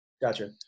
gotcha